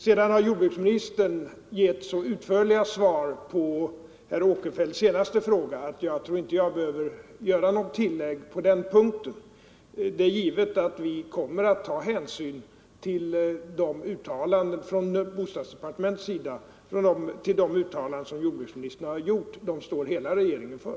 Sedan har jordbruksministern gett ett så utförligt svar på herr Åkerfeldts senaste fråga att jag inte tror att jag behöver göra något tillägg på den punkten. Det är givet att vi från bostadsdepartementets sida kommer att ta hänsyn till de uttalanden som jordbruksministern har gjort. De uttalandena står hela regeringen för.